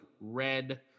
red